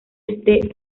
este